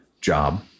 job